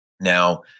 Now